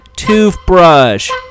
toothbrush